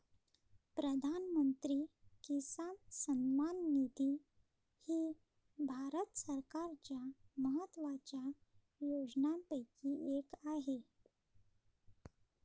प्रधानमंत्री किसान सन्मान निधी ही भारत सरकारच्या महत्वाच्या योजनांपैकी एक आहे